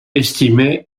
estimée